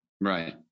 right